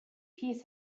peace